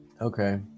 Okay